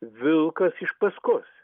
vilkas iš paskos